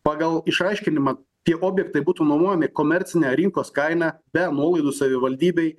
pagal išaiškinimą tie objektai būtų nuomojami komercine rinkos kaina be nuolaidų savivaldybei